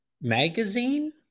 magazine